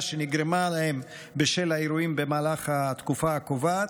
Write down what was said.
שנגרמה להם בשל האירועים במהלך התקופה הקובעת,